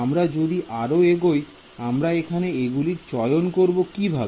আমরা যদি আরও এগোই আমরা এখানে এগুলির চয়ন করবো কিভাবে